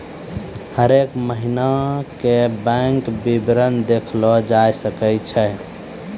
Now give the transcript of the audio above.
हरेक महिना के बैंक विबरण देखलो जाय सकै छै